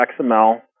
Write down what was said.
XML